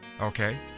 Okay